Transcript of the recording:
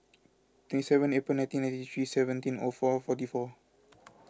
twenty seven April nineteen ninety three seventeen O four forty four